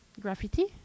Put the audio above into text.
graffiti